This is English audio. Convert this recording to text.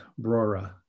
Brora